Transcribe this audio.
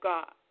God